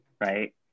right